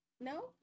No